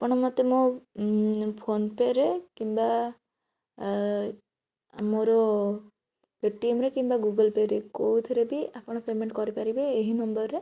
ଆପଣ ମତେ ମୋ ଫୋନପେ ରେ କିମ୍ବା ମୋର ପେଟିଏମ୍ ରେ କିମ୍ବା ଗୁଗଲପେ ରେ କେଉଁଥିରେ ବି ଆପଣ ପେମେଣ୍ଟ କରି ପାରିବେ ଏହି ନମ୍ବର ରେ